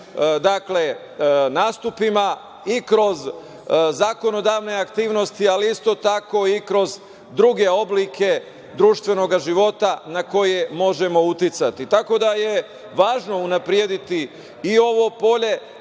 našim nastupima i kroz zakonodavne aktivnosti, ali isto tako i kroz druge oblike društvenog života na koje možemo uticati. Važno je unaprediti i ovo polje,